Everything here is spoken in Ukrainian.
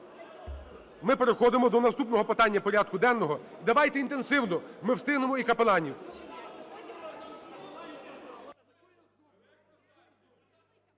ми переходимо до наступного питання порядку денного. Давайте інтенсивно. Ми встигнемо і капеланів.